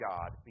God